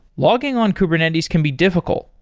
logging on kubernetes can be difficult,